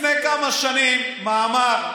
הוא כתב לפני כמה שנים מאמר.